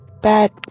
bad